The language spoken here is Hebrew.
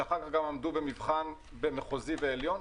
ושאחר כך גם עמדו במבחן של בית המשפט המחוזי והעליון?